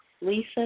Lisa